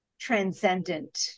transcendent